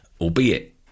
Albeit